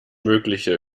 mögliche